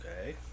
okay